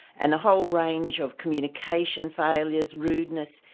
and a whole range of communication failures, rudeness,